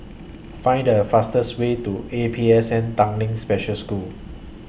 Find The fastest Way to A P S N Tanglin Special School